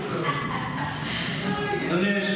אדוני היושב-ראש,